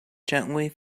gently